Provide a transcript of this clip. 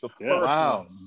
Wow